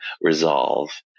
resolve